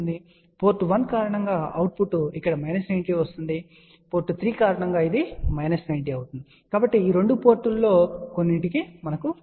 కాబట్టి పోర్ట్ 1 కారణంగా అవుట్పుట్ ఇక్కడ మైనస్ 90 ఉంటుంది కానీ పోర్ట్ 3 కారణంగా ఇది మైనస్ 90 అవుతుంది అంటే ఈ 2 పోర్టులలో కొన్నింటిని మనకు లభిస్తుంది